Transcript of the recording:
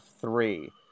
three